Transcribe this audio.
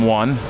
one